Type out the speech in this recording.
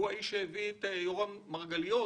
הוא האיש שהביא את יורם מרגליות